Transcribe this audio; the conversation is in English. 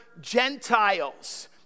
Gentiles